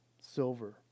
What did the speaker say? silver